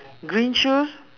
green shoes